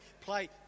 play